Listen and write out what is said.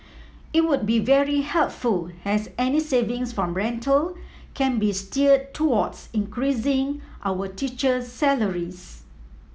it would be very helpful as any savings from rental can be steered towards increasing our teacher's salaries